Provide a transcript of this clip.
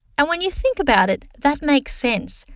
and when you think about it, that makes sense,